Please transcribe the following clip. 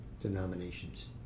denominations